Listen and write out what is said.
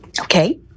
okay